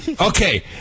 okay